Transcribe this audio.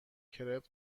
کرپ